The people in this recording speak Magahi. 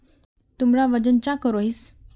तुमरा वजन चाँ करोहिस?